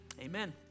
Amen